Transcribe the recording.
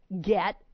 get